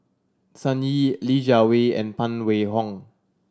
Sun Yee Li Jiawei and Phan Wait Hong